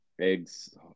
eggs